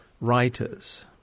writers